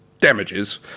damages